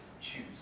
choose